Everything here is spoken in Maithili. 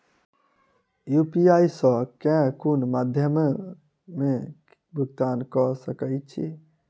यु.पी.आई सऽ केँ कुन मध्यमे मे भुगतान कऽ सकय छी?